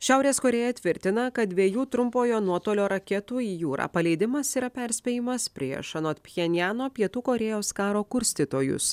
šiaurės korėja tvirtina kad dviejų trumpojo nuotolio raketų į jūrą paleidimas yra perspėjimas prieš anot pchenjano pietų korėjos karo kurstytojus